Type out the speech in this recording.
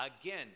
Again